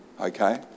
Okay